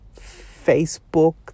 Facebook